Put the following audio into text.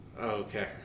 Okay